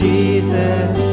Jesus